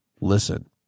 listen